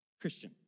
Christian